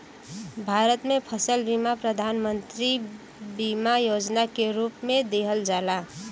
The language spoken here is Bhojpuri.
भारत में फसल बीमा प्रधान मंत्री बीमा योजना के रूप में दिहल जाला